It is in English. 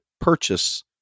purchase